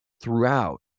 throughout